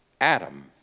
Adam